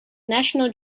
national